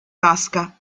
vasca